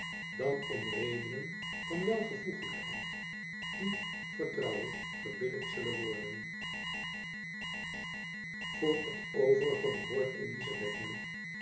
dan om redenen van welvoegelijkheid die vertrouw ik gebillijkt zullen worden jacob van lennep elizabeth musch voor t overige behoort